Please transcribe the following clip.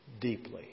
deeply